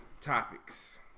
topics